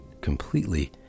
completely